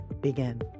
begin